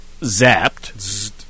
zapped